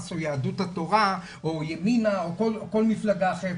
או יהדות התורה או ימינה או כל מפלגה אחרת.